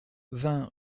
vingt